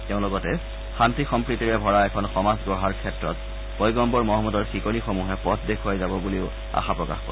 তেওঁ লগতে শান্তি সম্প্ৰীতিৰে ভৰা এখন সমাজ গঢ়াৰ ক্ষেত্ৰত পয়গম্বৰ মহম্মদৰ শিকনিসমূহে পথ দেখুৱাই যাব বুলিও আশা প্ৰকাশ কৰে